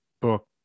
book